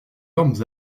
ormes